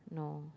no